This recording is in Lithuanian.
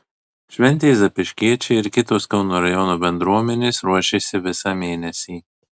šventei zapyškiečiai ir kitos kauno rajono bendruomenės ruošėsi visą mėnesį